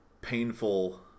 painful